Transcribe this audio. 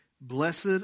blessed